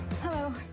Hello